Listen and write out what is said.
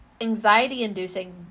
anxiety-inducing